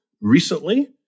recently